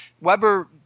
Weber